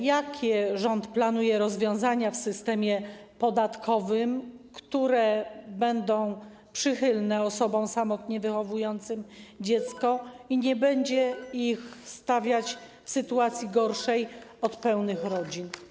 Jakie rząd planuje rozwiązania w systemie podatkowym, które będą przychylne osobom samotnie wychowującym dziecko i nie będą ich stawiać w sytuacji gorszej od sytuacji pełnych rodzin?